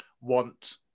want